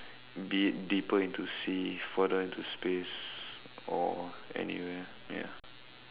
be it deeper into sea further into space or anywhere ya